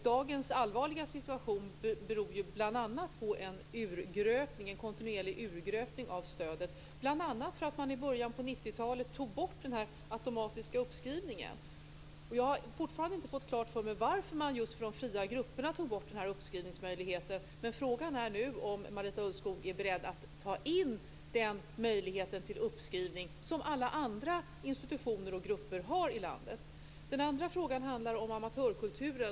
Dagens allvarliga situation beror bl.a. på en kontinuerlig urgröpning av stödet bl.a. för att man i början på 90-talet tog bort den automatiska uppskrivningen. Jag har fortfarande inte fått klart för mig varför man tog bort den uppskrivningsmöjligheten för de fria grupperna. Frågan är nu om Marita Ulvskog är beredd att ta in den möjlighet till uppskrivning som alla andra institutioner och grupper har i landet. Min andra fråga handlar om amatörkulturen.